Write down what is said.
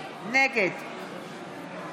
נגד עלי סלאלחה, נגד בצלאל